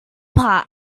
part